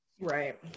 Right